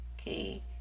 Okay